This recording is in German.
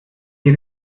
die